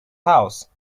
house